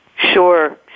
Sure